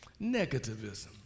negativism